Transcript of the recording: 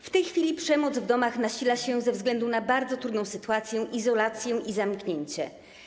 W tej chwili przemoc w domach nasila się ze względu na bardzo trudną sytuację, izolację i zamknięcie.